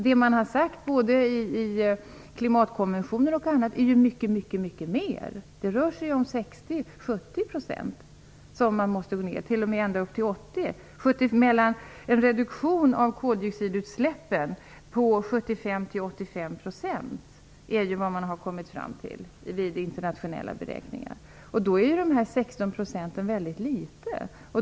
Det man har sagt i klimatkonventioner och annat är att det rör sig om mycket större minskningar, 60-70 % eller ända upp till 80 %. En reduktion av koldioxidutsläppen på 75-85 % är ju vad man har kommit fram till i vida internationella beräkningar. Då är de 16 procenten väldigt litet.